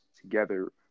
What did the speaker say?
together